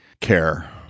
care